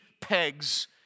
pegs